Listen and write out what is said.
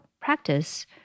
practice